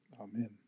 Amen